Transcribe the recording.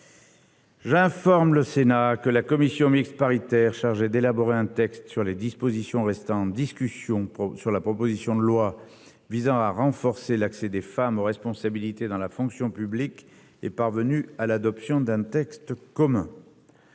J'informe le Sénat que la commission mixte paritaire chargée d'élaborer un texte sur les dispositions restant en discussion de la proposition de loi visant à renforcer l'accès des femmes aux responsabilités dans la fonction publique est parvenue à l'adoption d'un texte commun.